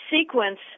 sequence